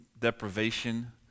deprivation